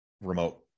remote